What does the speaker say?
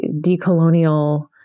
decolonial